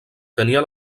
tenia